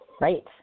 Right